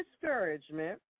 discouragement